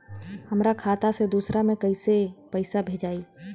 हमरा खाता से दूसरा में कैसे पैसा भेजाई?